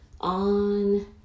on